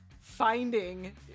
finding